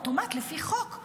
אוטומטית לפי חוק,